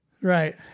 Right